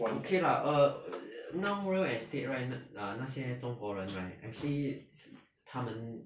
okay lah now real estate right 那那些中国人 right actually 他们